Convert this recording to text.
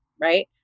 right